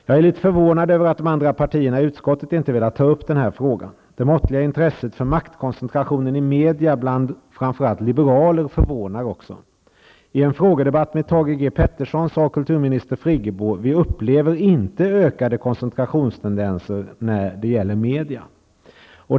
Jag är litet förvånad över att de andra partierna i utskottet inte har velat ta upp denna fråga. Det måttliga intresset för maktkoncentration i media bland framför allt liberaler förvånar också. I en frågedebatt med Thage G Peterson sade kulturminister Friggebo: ''Vi upplever inte ökade koncentrationstendenser när det gäller medierna.''